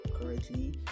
correctly